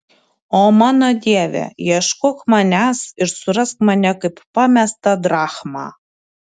o mano dieve ieškok manęs ir surask mane kaip pamestą drachmą